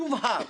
יובהר,